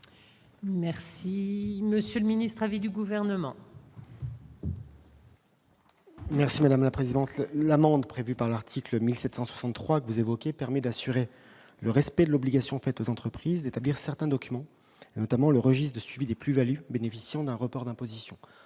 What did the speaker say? Merci monsieur le ministre à vie du gouvernement. Merci madame la présidente, l'amende prévue par l'article 1763 que vous évoquez, permet d'assurer le respect de l'obligation faite aux entreprises d'établir certains documents, notamment le registre suivi des plus-values, bénéficiant d'un report d'imposition,